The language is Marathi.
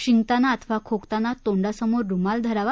शिंकताना अथवा खोकताना तोंडासमोर रुमाल धरावा